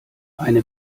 eine